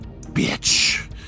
bitch